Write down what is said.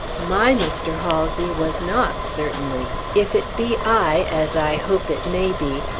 my mr. halsey was not, certainly! if it be i, as i hope it may be,